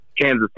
Kansas